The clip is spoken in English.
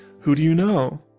who do you know?